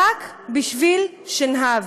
רק בשביל שנהב.